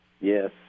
Yes